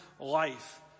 life